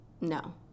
No